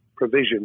provision